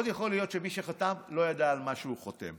מאוד יכול להיות שמי שחתם לא ידע על מה הוא חותם.